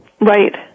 Right